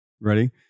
Ready